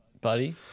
buddy